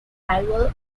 rival